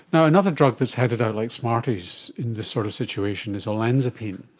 and another drug that is handed out like smarties in this sort of situation is olanzapine.